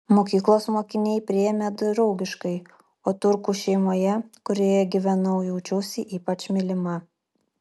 mokyklos mokiniai priėmė draugiškai o turkų šeimoje kurioje gyvenau jaučiausi ypač mylima